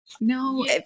No